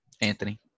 Anthony